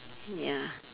ya